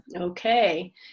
Okay